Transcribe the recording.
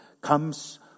comes